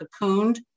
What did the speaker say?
cocooned